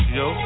yo